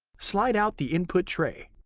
slide out the input tray.